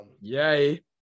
Yay